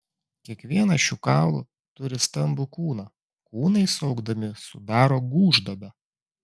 kiekvienas šių kaulų turi stambų kūną kūnai suaugdami sudaro gūžduobę